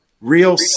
real